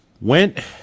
Went